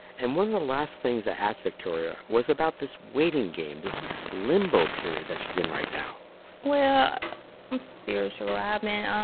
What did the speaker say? and one of the last things i asked victoria was about this waiting game, this limbo period that she's in right now well, i'm spiritual, rob, um